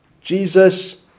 Jesus